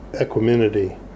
equanimity